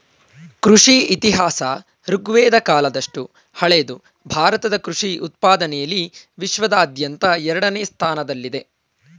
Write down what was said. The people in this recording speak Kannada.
ಕೃಷಿ ಇತಿಹಾಸ ಋಗ್ವೇದ ಕಾಲದಷ್ಟು ಹಳೆದು ಭಾರತ ಕೃಷಿ ಉತ್ಪಾದನೆಲಿ ವಿಶ್ವಾದ್ಯಂತ ಎರಡನೇ ಸ್ಥಾನದಲ್ಲಿದೆ